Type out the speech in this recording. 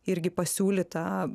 irgi pasiūlyta